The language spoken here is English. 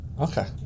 Okay